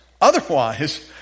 Otherwise